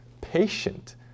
patient